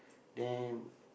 then